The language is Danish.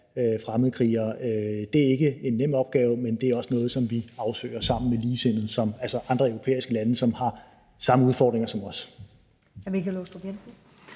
fremmedkrigere. Det er ikke en nem opgave, men det er også noget, som vi afsøger sammen med ligesindede, altså andre europæiske lande, som har samme udfordringer som os.